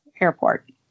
airport